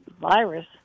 virus